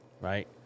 right